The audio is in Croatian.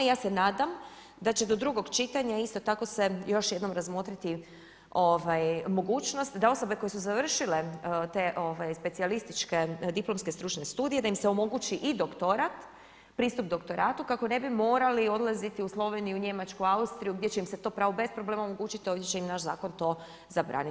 Ja se nadam da će do drugog čitanja isto tako se još jednom razmotriti mogućnost da osobe koje su završile te specijalističke diplomske stručne studije da im se omogući i doktorat, pristup doktoratu kako ne bi morali odlaziti u Sloveniju, Njemačku, Austriju gdje će im se to pravo bez problema omogućiti, a ovdje će im naš zakon to zabraniti.